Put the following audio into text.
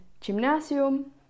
Gymnasium